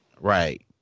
right